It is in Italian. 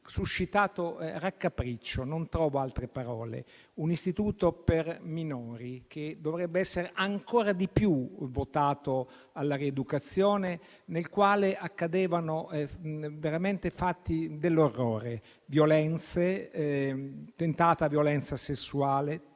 suscitato raccapriccio. Non trovo altre parole. Parliamo di un istituto per minori, che dovrebbe essere ancora di più votato alla rieducazione, nel quale sono accaduti veramente fatti dell'orrore: violenze, tentata violenza sessuale,